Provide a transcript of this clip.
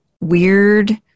weird